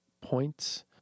points